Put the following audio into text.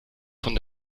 von